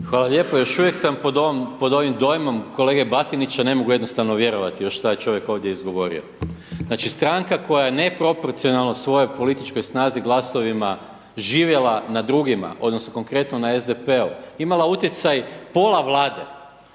Hvala lijepo. Još uvijek sam pod ovim dojmom kolege Batinića, ne mogu jednostavno vjerovati šta je čovjek ovdje izgovorio. Znači stranka koja je neproporcionalna svojom političkoj snazi glasovima živjela na drugima odnosno konkretno na SDP-u, imala utjecaj pola Vlade